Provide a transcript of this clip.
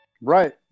right